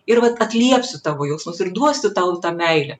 ir vat atliepsiu tavo jausmus ir duosiu tau tą meilę